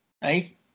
Hey